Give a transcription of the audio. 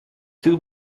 two